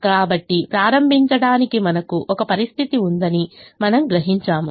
కాబట్టి ప్రారంభించడానికి మనకు ఒక పరిస్థితి ఉందని మనము గ్రహించాము